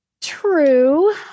True